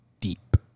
deep